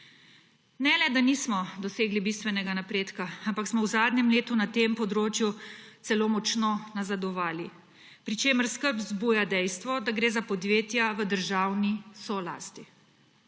Ne le, da nismo dosegli bistvenega napredka, ampak smo v zadnjem letu na tem področju celo močno nazadovali, pri čemer skrb vzbuja dejstvo, da gre za podjetja v državni solasti.